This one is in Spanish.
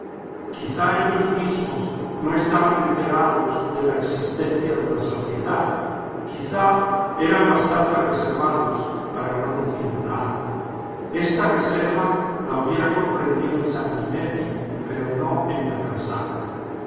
quizá ellos mismos no estaban enterados de la existencia de la sociedad quizá eran bastante reservados para no decir nada esta reserva la hubiera comprendido en sanguinetti pero no en